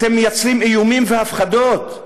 אתם מייצרים איומים והפחדות,